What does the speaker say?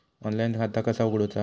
Online खाता कसा उगडूचा?